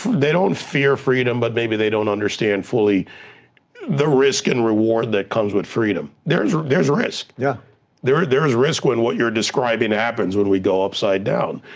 they don't fear freedom, but maybe they don't understand fully the risk and reward that comes with freedom. there's there's risk. yeah there's risk when what you're describing happens, when we go upside down.